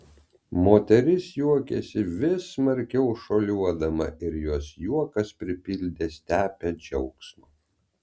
moteris juokėsi vis smarkiau šuoliuodama ir jos juokas pripildė stepę džiaugsmo